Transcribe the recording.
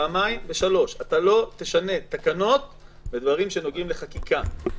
פעמיים ושלוש: לא תשנה תקנות בדברים שנוגעים בחקיקה,